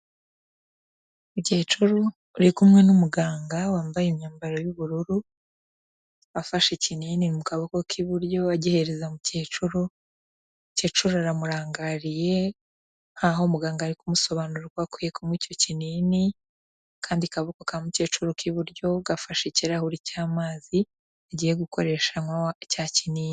Mukecuru uri kumwe n'umuganga wambaye imyambaro y'ubururu, afashe ikinini mu kaboko k'iburyo agihereza mukecuru, mukecuru aramurangariye nkaho muganga ari kumusobanurira uko akwiye kunywa icyo kinini, kandi akaboko ka mukecuru k'iburyo gafashe ikirahuri cy'amazi agiye gukoresha anywa cya kinini.